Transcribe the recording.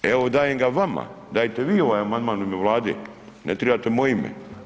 Evo, dajem ga vama, dajte vi ovaj amandman u ime Vlade, ne trebate moje ime.